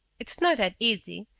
it's not that easy.